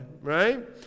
right